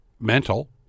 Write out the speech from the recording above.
mental